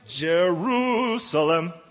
Jerusalem